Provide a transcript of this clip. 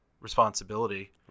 responsibility